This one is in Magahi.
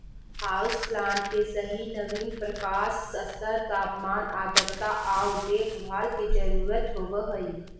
हाउस प्लांट के सही नवीन प्रकाश स्तर तापमान आर्द्रता आउ देखभाल के जरूरत होब हई